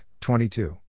22